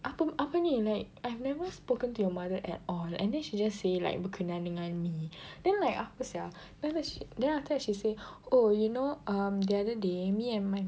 apa apa ni like I've never spoken to your mother at all and then she just say like berkenan dengan me then like apa sia then then after that she say oh you know um the other day me and my